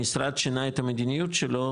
המשרד שינהל את המדיניות שלו,